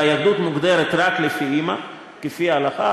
והיהדות מוגדרת רק לפי האימא לפי ההלכה,